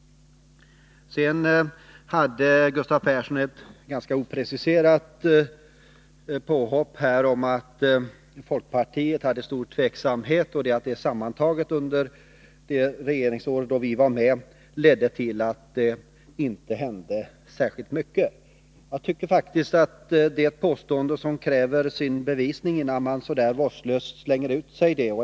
Sedan gjorde Gustav Persson ett ganska opreciserat påhopp på folkpartiet. Han sade att vi visade stor tveksamhet och att det sammantaget under de år då vi var med i regeringen ledde till att det inte hände särskilt mycket. Jag tycker faktiskt att det är ett påstående som kräver bevisning innan man så där vårdslöst slänger ur sig det.